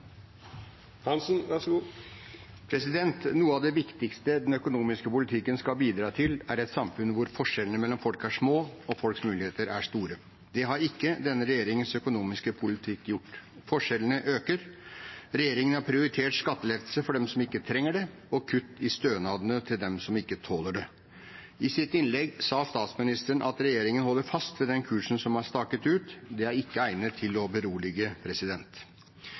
et samfunn der forskjellene mellom folk er små og folks muligheter store. Det har ikke denne regjeringens økonomiske politikk gjort. Forskjellene øker. Regjeringen har prioritert skattelettelse for dem som ikke trenger det, og kutt i stønadene til dem som ikke tåler det. I sitt innlegg sa statsministeren at regjeringen holder fast ved den kursen som er staket ut. Det er ikke egnet til å berolige.